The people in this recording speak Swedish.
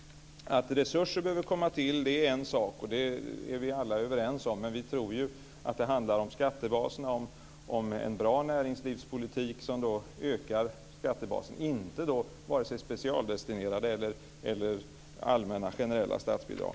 Att resurser behöver komma till är en sak. Det är vi alla överens om. Men vi tror ju att det handlar om en bra näringslivspolitik som ökar skattebasen och inte om vare sig specialdestinerade eller allmänna generella statsbidrag.